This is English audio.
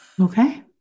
Okay